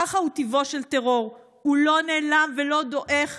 כזה הוא טיבו של טרור, הוא לא נעלם ולא דועך